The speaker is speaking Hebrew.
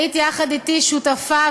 היית יחד אתי שותפה,